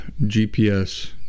GPS